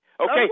Okay